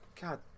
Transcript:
God